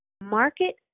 Market